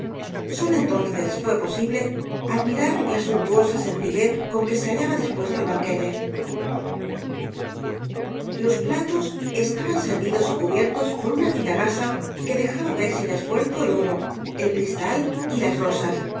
sólo entonces fué posible admirar la suntuosa sencillez con que se hallaba dispuesto el banquete los platos estaban servidos y cubiertos por una fina gasa que dejaba ver sin esfuerzo el oro el cristal y las rosas